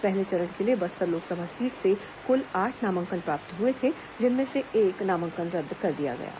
पहले चरण के लिए बस्तर लोकसभा सीट से कुल आठ नामांकन प्राप्त हुए थे जिनमें से एक नामांकन रद्द कर दिया गया है